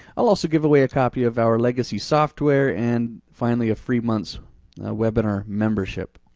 i'll also give away a copy of our legacy software and finally a free month's webinar membership.